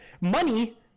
money